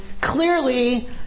Clearly